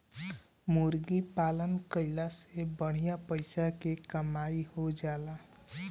मुर्गी पालन कईला से बढ़िया पइसा के कमाई हो जाएला